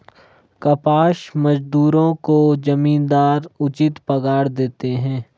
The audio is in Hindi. कपास मजदूरों को जमींदार उचित पगार देते हैं